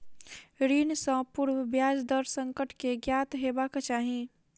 ऋण सॅ पूर्व ब्याज दर संकट के ज्ञान हेबाक चाही